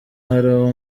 aho